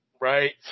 right